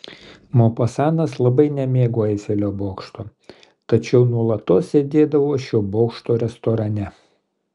mopasanas labai nemėgo eifelio bokšto tačiau nuolatos sėdėdavo šio bokšto restorane